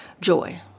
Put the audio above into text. joy